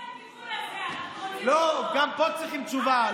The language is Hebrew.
תסתכל לכיוון הזה, אנחנו רוצים לשמוע.